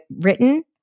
written